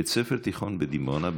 בית ספר תיכון בדימונה,